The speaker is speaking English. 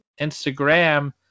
Instagram